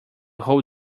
whole